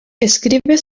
escribe